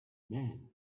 man